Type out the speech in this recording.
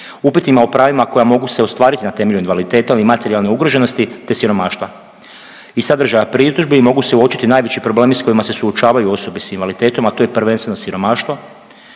upitima o pravima koja mogu se ostvariti na temelju invaliditeta ili materijalne ugroženosti te siromaštva. Iz sadržaja pritužbi, mogu se uočiti najveći problemi s kojima se suočavaju osobe s invaliditetom, a to je prvenstveno siromaštvo,